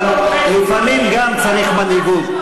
אבל לפעמים צריך גם מנהיגות.